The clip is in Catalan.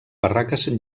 barraques